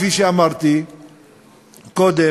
כפי שאמרתי קודם,